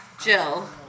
jill